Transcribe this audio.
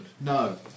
No